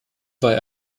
war